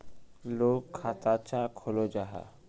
लोग खाता चाँ खोलो जाहा?